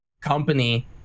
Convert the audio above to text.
company